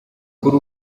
kuri